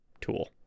tool